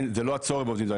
זה לא הצורך בעובדים זרים,